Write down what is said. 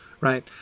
right